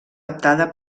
adaptada